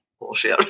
bullshit